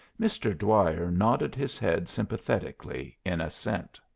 mr. dwyer nodded his head sympathetically in assent.